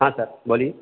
हाँ सर बोलिए